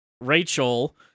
Rachel